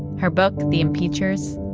her book, the impeachers,